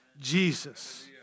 Jesus